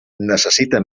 necessita